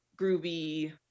groovy